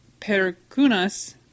Perkunas